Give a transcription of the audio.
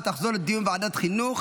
ותחזור לדיון בוועדת החינוך,